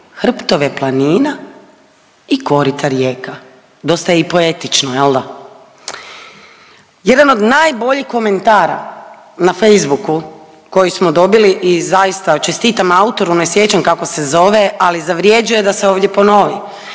hrptove planina i korita rijeka. Dosta i poetično jel da? Jedan od najboljih komentara na Facebooku koji smo dobili i zaista čestitam autoru ne sjećam kako se zove, ali zavrjeđuje da se ovdje ponovi